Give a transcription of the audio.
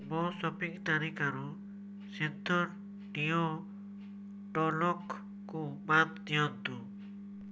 ମୋ ସପିଂ ତାଲିକାରୁ ସିନ୍ଥଲ୍ ଡିଓ ଟାଲ୍କକୁ ବାଦ୍ ଦିଅନ୍ତୁ